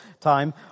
time